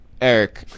Eric